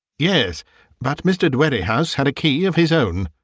yes but mr. dwerrihouse had a key of his own.